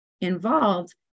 involved